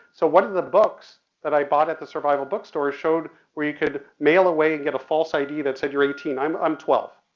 so one of the books that i bought at the survival bookstore showed where you could mail away and get a false i d. that said you're eighteen. i'm i'm twelve.